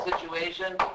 situation